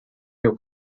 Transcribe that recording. your